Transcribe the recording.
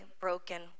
broken